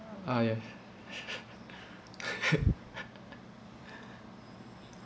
ah ya